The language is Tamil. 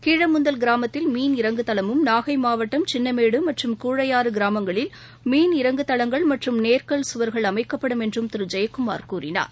கீழமுந்தல் கிராமத்தில் மீன் இறங்கு தளமும் நாகை மாவட்டம் சின்னமேடு மற்றும் கூழையாறு கிராமங்களில் மீன் இறங்கு தளங்கள் மற்றும் நேர்கல் சுவர்கள் அமைக்கப்படும் என்றும் திரு ஜெயக்குமார் கூறினார்